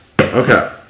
Okay